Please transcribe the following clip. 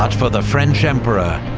but for the french emperor,